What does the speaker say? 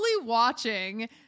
watching